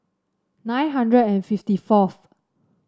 nine hundred and fifty fourth